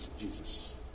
Jesus